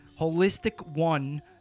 HolisticOne